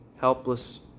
helpless